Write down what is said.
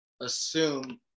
assume